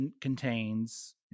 contains